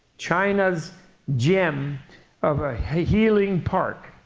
china's gem of a healing park.